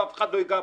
ואף אחד לא ייגע בו.